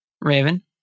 Raven